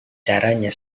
caranya